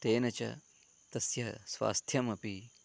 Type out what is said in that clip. तेन च तस्य स्वास्थ्यमपि